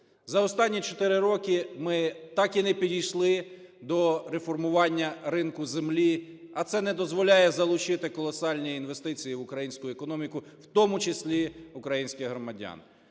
За останні 4 роки ми так і не підійшли до реформування ринку землі, а це не дозволяє залучити колосальні інвестиції в українську економіку, в тому числі українських громадян.